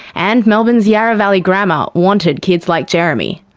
and melbourne's yarra valley grammar wanted kids like jeremy.